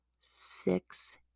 six